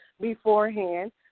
beforehand